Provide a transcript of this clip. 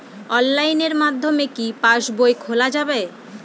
অনলাইনের মাধ্যমে কি পাসবই খোলা যাবে?